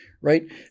right